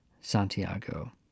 Santiago